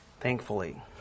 thankfully